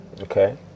Okay